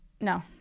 no